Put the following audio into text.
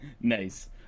Nice